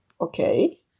okay